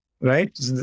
Right